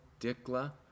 Dikla